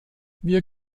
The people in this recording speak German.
wir